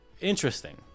interesting